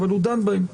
אבל הוא דן בהם,